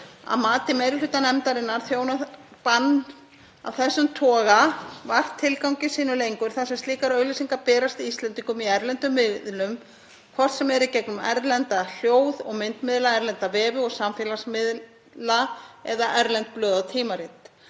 Að mati meiri hluta nefndarinnar þjónar bann af þessum toga vart tilgangi sínum lengur þar sem slíkar auglýsingar berast Íslendingum í erlendum miðlum, hvort sem er í gegnum erlenda hljóð- og myndmiðla, erlenda vefi og samfélagsmiðla eða erlend blöð og tímarit.